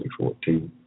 2014